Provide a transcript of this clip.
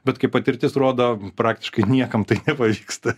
bet kaip patirtis rodo praktiškai niekam tai nepavyksta